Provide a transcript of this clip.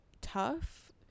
tough